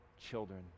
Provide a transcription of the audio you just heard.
children